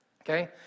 okay